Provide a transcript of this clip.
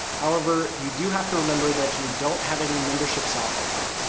however, you do have to remember that you're don't have any membership software here.